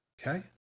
Okay